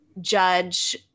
judge